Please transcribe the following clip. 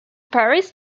paris